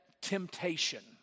temptation